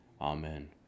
amen